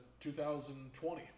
2020